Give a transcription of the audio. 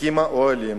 הקימה אוהלים.